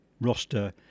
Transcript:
roster